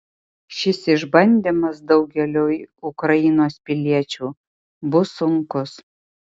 šis išbandymas daugeliui ukrainos piliečių bus sunkus